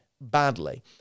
badly